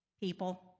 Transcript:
people